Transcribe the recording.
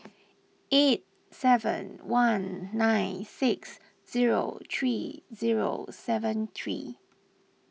eight seven one nine six zero three zero seven three